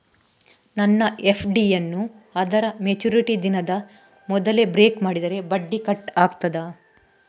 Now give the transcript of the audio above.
ನನ್ನ ಎಫ್.ಡಿ ಯನ್ನೂ ಅದರ ಮೆಚುರಿಟಿ ದಿನದ ಮೊದಲೇ ಬ್ರೇಕ್ ಮಾಡಿದರೆ ಬಡ್ಡಿ ಕಟ್ ಆಗ್ತದಾ?